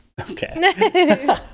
Okay